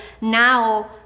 now